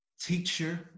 teacher